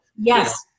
Yes